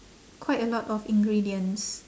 quite a lot of ingredients